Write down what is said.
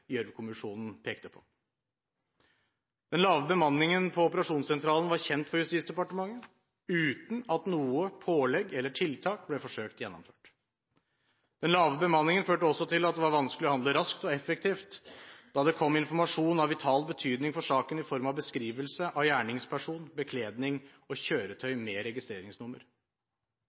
pekte på. Den lave bemanningen på operasjonssentralen var kjent for Justisdepartementet uten at noe pålegg eller tiltak ble forsøkt gjennomført. Den lave bemanningen førte også til at det var vanskelig å handle raskt og effektivt da det kom informasjon av vital betydning for saken i form av beskrivelse av gjerningsperson, bekledning og kjøretøy med registreringsnummer.